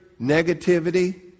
negativity